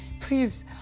please